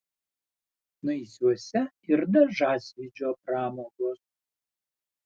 naisiuose ir dažasvydžio pramogos